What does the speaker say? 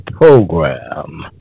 program